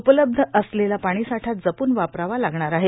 उपलब्ध असलेला पाणीसाठा जपून वापरावा लागणार आहे